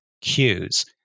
cues